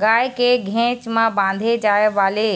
गाय के घेंच म बांधे जाय वाले